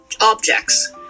objects